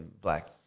black